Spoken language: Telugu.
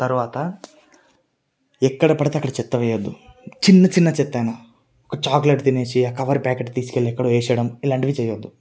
తరువాత ఎక్కడపడితే అక్కడ చెత్త వేయద్దు చిన్న చిన్న చెత్త అయిన ఒక చాక్లెట్ తినేసి ఆ కవర్ ప్యాకెట్ తీసుకెళ్ళి ఎక్కడో వేసేయడం ఇలా చేయద్దు